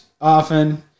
often